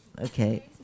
Okay